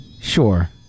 sure